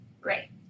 Great